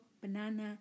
banana